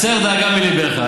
הסר דאגה מליבך.